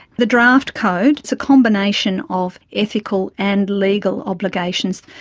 the draft code, it's a combination of ethical and legal obligations.